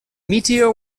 meteor